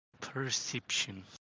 Perception